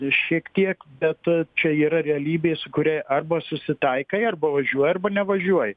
šiek tiek bet čia yra realybė su kuria arba susitaikai arba važiuoji arba nevažiuoji